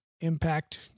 Impact